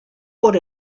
por